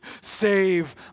Save